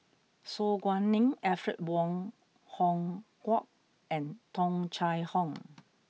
Su Guaning Alfred Wong Hong Kwok and Tung Chye Hong